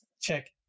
Check